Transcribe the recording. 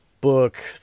book